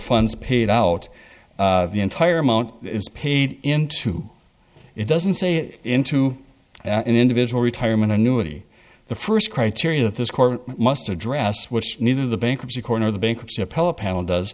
funds paid out the entire amount is paid into it doesn't say into an individual retirement annuity the first criteria that this court must address which neither the bankruptcy corner the